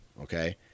Okay